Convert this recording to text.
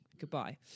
goodbye